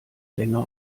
länger